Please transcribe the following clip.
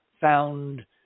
found